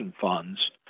funds